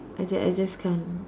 I just I just can't